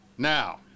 Now